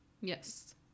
Yes